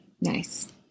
Nice